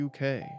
UK